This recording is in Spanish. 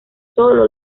solo